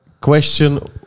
question